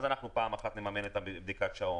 אז פעם אחת נממן את בדיקת השעון,